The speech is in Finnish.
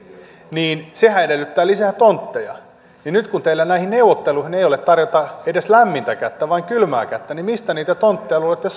niin sehän edellyttää lisää tontteja nyt kun teillä näihin neuvotteluihin ei ole tarjota edes lämmintä kättä vaan kylmää kättä niin mistä niitä tontteja luulette